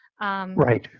Right